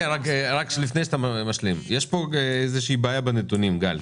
רק לפני שאתה משלים, יש פה בעיה בנתונים, גל.